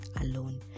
alone